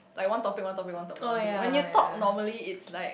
like one topic one topic one topic one topic when you talk normally it's like